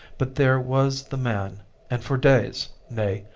but there was the man and for days, nay,